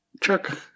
Chuck